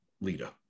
leader